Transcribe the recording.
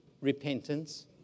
repentance